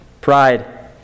Pride